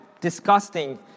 disgusting